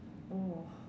oh